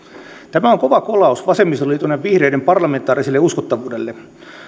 tämä on kova kolaus vasemmistoliiton ja vihreiden parlamentaariselle uskottavuudelle